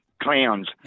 Clowns